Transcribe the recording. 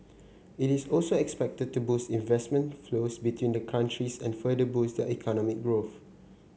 it is also expected to boost investment flows between the countries and further boost their economic growth